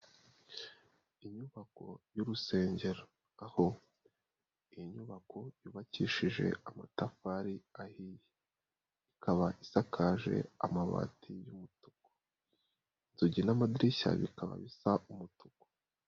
Inyubako y'urusengero aho iyi inyubako yubakishije amatafari ahiye, ikaba isakaje amabati y'umutuku, inzugi n'amadirishya bikaba bisa umutuku.